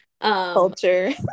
culture